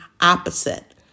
opposite